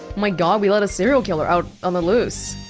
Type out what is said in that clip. my god, we let a serial killer out on the loose